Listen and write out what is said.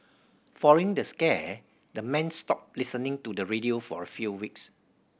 following the scare the men stopped listening to the radio for a few weeks